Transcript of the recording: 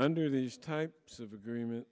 under these types of agreement